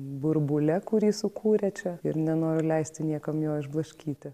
burbule kurį sukūrė čia ir nenoriu leisti niekam jo išblaškyti